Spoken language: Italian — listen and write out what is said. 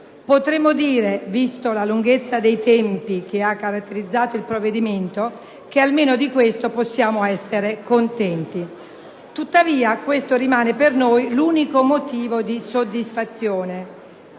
Potremmo dire, vista la lunghezza dei tempi che ha caratterizzato il provvedimento, che almeno di questo possiamo essere contenti. Tuttavia questo rimane per noi l'unico motivo di soddisfazione.